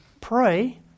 Pray